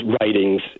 writings